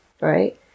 right